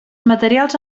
materials